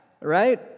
right